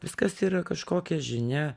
viskas yra kažkokia žinia